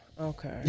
Okay